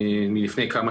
תמונה מלפני כמה